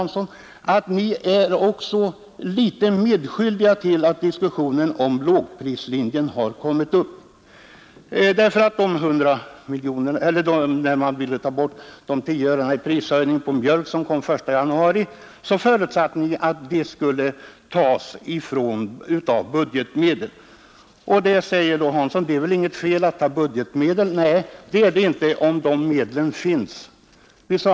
Ni är, herr Hansson, litet medskyldiga till att diskussionen om lågprislinjen kommit upp. När ni ville ta bort verkningarna av den prishöjning på mjölk med 10 öre som trädde i kraft den 1 januari förutsatte ni att pengarna tydligen skulle tas av budgetmedel. Herr Hansson säger nu att det väl inte är något fel att använda budgetmedel. Nej, det är det inte, om medlen bara finns.